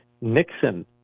Nixon